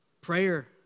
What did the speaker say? Prayer